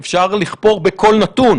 אפשר לחפור בכל נתון.